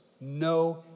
No